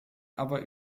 aber